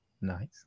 Nice